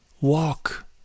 walk